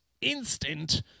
instant